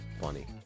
funny